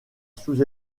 sous